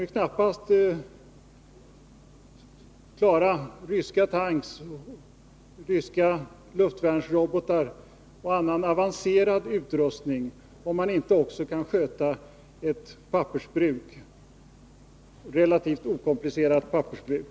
Hur kan man sköta ryska tanks och luftvärnsrobotar samt annan avancerad utrustning, om man inte kan sköta ett relativt okomplicerat pappersbruk?